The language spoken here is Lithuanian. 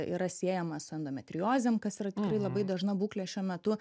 yra siejama su endometriozėm kas yra tikrai labai dažna būklė šiuo metu